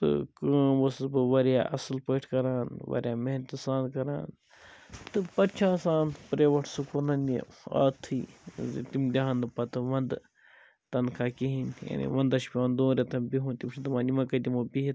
تہٕ کٲم اوسُس بہٕ واریاہ اصٕل پٲٹھۍ کَران واریاہ محنتہٕ سان کَران تہٕ پَتہٕ چھُ آسان یِم پرٛیوَٹ سُکولَن یہِ عادتھٕے زِ تِم دِہان نہٕ پَتہٕ وَنٛدٕ تَنخواہ کِہیٖنۍ یعنی ونٛدَس چھُ پیٚوان دوٚن ریٚتَن بیٛوہُن تِم چھِ دپان وۄنۍ کَتہِ دِمو بیہتھ